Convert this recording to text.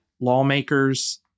lawmakers